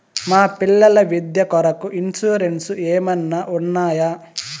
మా పిల్లల విద్య కొరకు ఇన్సూరెన్సు ఏమన్నా ఉన్నాయా?